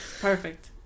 Perfect